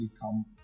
come